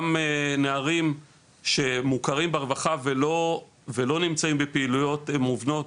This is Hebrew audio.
גם נערים שמוכרים ברווחה ולא נמצאים בפעילויות מובנות,